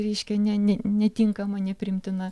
reiškia ne ne netinkama nepriimtina